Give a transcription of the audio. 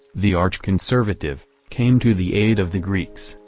the arch-conservative, came to the aid of the greeks,